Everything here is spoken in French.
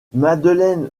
madeleine